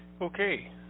Okay